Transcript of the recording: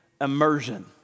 immersion